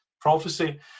prophecy